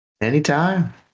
Anytime